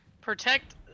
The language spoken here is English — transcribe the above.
Protect